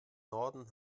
norden